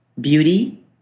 beauty